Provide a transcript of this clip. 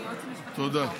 תודה.